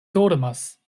dormas